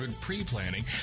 pre-planning